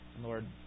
Lord